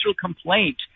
complaint